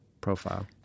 profile